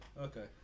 okay